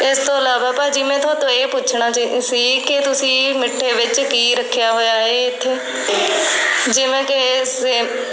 ਇਸ ਤੋਂ ਇਲਾਵਾ ਭਾਅ ਜੀ ਮੈਂ ਤੁਹਾਤੋਂ ਇਹ ਪੁੱਛਣਾ ਚੀ ਸੀ ਕਿ ਤੁਸੀਂ ਮਿੱਠੇ ਵਿੱਚ ਕੀ ਰੱਖਿਆ ਹੋਇਆ ਹੈ ਇੱਥੇ ਜਿਵੇਂ ਕਿ ਸੇਮ